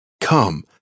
Come